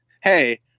hey